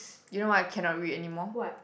you know why I cannot read anymore